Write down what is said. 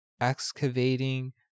excavating